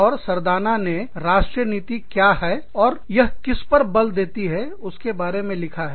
और सरदानाने राष्ट्रीय नीति क्या है और यह किस पर बल देती है उसके बारे में लिखा है